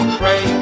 pray